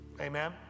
Amen